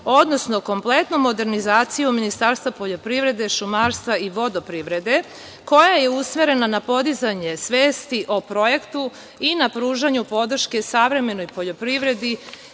odnosno, kompletnu modernizaciju Ministarstva poljoprivrede, šumarstva i vodoprivrede, koja je usmerena na podizanje svesti o projektu i na pružanju podrške savremenoj poljoprivredi